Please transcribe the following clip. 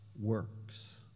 works